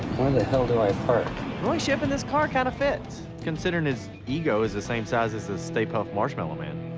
roy roy shipping this car kind of fits, considering his ego is the same size as the stay puft marshmallow man.